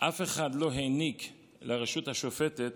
אף אחד לא העניק לרשות השופטת